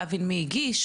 להבין מי הגיש,